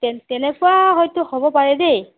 তেনেকুৱা হয়তো হ'ব পাৰে দেই